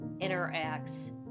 interacts